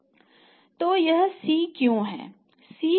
तो यह C क्यों है